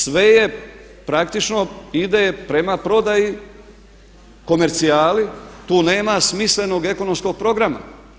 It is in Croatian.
Sve je praktično ide prema prodaji komercijali, tu nema smislenog ekonomskog programa.